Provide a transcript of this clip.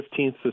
15th